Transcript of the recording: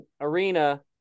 arena